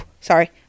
sorry